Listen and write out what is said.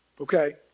okay